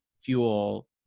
fuel